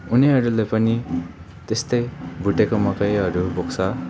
उनीहरूले पनि त्यस्तै भुटेको मकैहरू बोक्छ